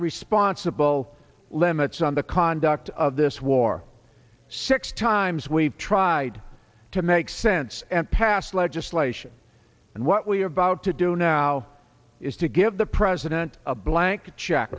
responsible limits on the conduct of this war six times we've tried to make sense and pass legislation and what we are about to do now is to give the president a blank check